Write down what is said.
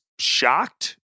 Shocked